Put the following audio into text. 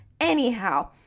anyhow